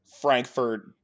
Frankfurt